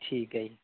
ਠੀਕ ਹੈ ਜੀ